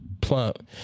Plump